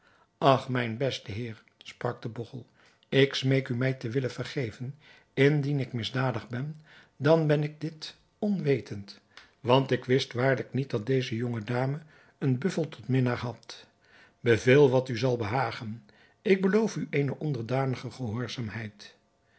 ach mijn beste heer sprak de bogchel ik smeek u mij te willen vergeven indien ik misdadig ben dan ben ik dit onwetend want ik wist waarlijk niet dat deze jonge dame een buffel tot minnaar had beveel wat u zal behagen ik beloof u eene onderdanige gehoorzaamheid